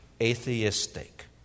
Atheistic